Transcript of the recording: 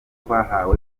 twahawe